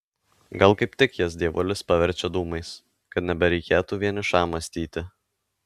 gal kaip tik jas dievulis paverčia dūmais kad nebereikėtų vienišam mąstyti